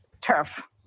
turf